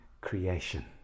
creation